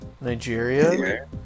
Nigeria